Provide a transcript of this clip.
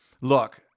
look